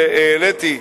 העליתי,